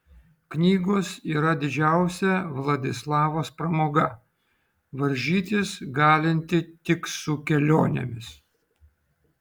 knygos yra didžiausia vladislavos pramoga varžytis galinti tik su kelionėmis